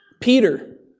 Peter